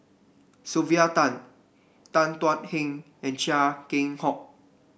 Sylvia Tan Tan Thuan Heng and Chia Keng Hock